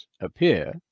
appear